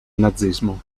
nazismo